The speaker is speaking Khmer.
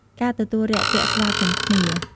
ការទទួលរាក់ទាក់ស្វាគមន៍គ្នា។